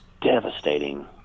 devastating